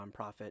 nonprofit